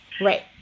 Right